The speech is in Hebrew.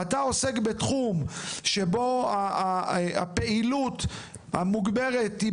אתה עוסק בתחום שבו הפעילות המוגברת היא